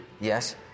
Yes